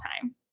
time